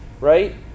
right